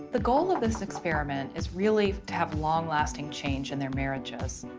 the goal of this experiment is really to have long-lasting change in their marriages.